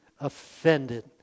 offended